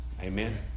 Amen